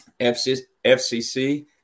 FCC